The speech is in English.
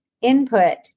input